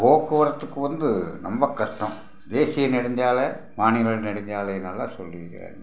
போக்குவரத்துக்கு வந்து ரொம்ப கஷ்டம் தேசிய நெடுஞ்சாலை மாநில நெடுஞ்சாலையினால் சொல்லியிருக்காங்க